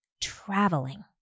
traveling